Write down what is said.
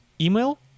email